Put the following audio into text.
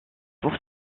pour